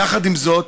יחד עם זאת,